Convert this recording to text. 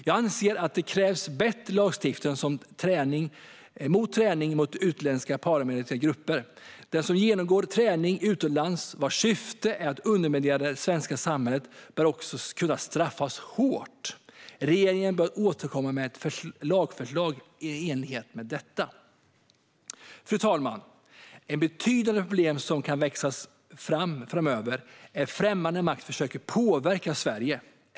Jag anser att det krävs bättre lagstiftning mot träning med utländska paramilitära grupper. Den som genomgår träning utomlands vars syfte är att underminera det svenska samhället bör också kunna straffas hårt. Regeringen bör återkomma med ett lagförslag i enlighet med detta. Fru talman! Ett betydande problem som kommer att växa framöver är att främmande makt försöker påverka Sverige.